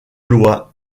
loi